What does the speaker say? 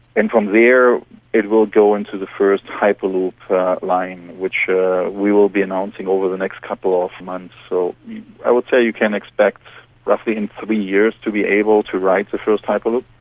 and from there it will go into the first hyperloop line which we will be announcing over the next couple of months. so i would say you can expect roughly in three years to be able to ride the first hyperloop.